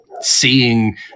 seeing